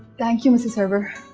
thank you mr. sarwar.